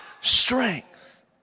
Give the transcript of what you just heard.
strength